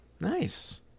Nice